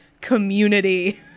community